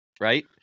right